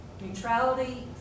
Neutrality